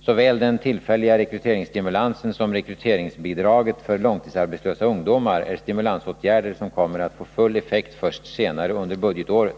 Såväl den tillfälliga rekryteringsstimulansen som rekryteringsbidraget för långtidsarbetslösa ungdomar är stimulansåtgärder som kommer att få full effekt först senare under budgetåret.